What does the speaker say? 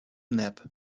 nap